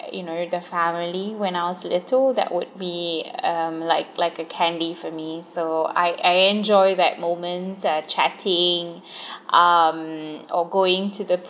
you know the family when I was little that would be um like like a candy for me so I I enjoy that moment uh chatting um or going to the